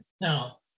Now